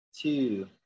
two